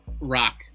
rock